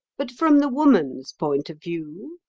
but from the woman's point of view?